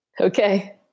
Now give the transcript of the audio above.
okay